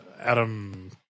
Adam